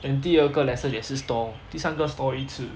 then 第二个 lesson 也是 stall 第三个 stall 一次